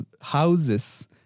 houses